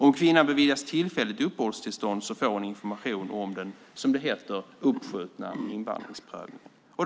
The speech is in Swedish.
Om kvinnan beviljas tillfälligt uppehållstillstånd får hon information om den, som det heter, uppskjutna invandringsprövningen.